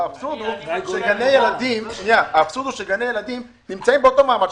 האבסורד הוא שגני ילדים נמצאים באותו מעמד,